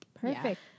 Perfect